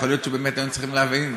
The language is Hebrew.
יכול להיות שבאמת היינו צריכים להבין,